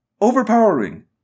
overpowering